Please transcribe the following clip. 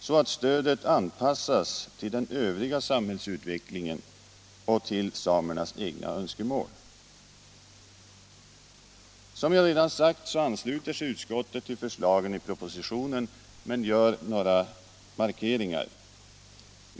så att stödet anpassas till den övriga sam hällsutvecklingen och till samernas cgna öÖnskemål. Som jag nyss har sagt ansluter sig utskottet till förslagen i propositionen men gör några markeringar.